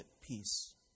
peace